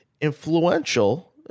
influential